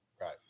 right